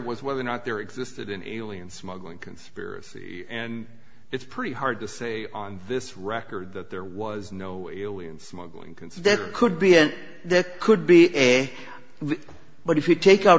was whether or not there existed a million smuggling conspiracy and it's pretty hard to say on this record that there was no smuggling that could be and that could be a but if you take out